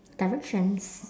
directions